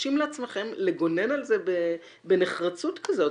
מרשים לעצמכם לגונן על זה בנחרצות כזאת.